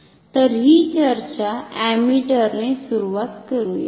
तर हि चर्चा अमीटरने सुरू करूया